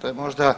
To je možda